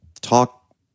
talk